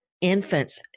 infants